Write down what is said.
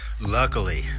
Luckily